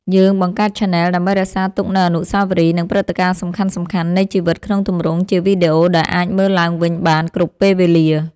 យើងបង្កើតឆានែលដើម្បីរក្សាទុកនូវអនុស្សាវរីយ៍ និងព្រឹត្តិការណ៍សំខាន់ៗនៃជីវិតក្នុងទម្រង់ជាវីដេអូដែលអាចមើលឡើងវិញបានគ្រប់ពេលវេលា។